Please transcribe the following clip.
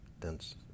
dense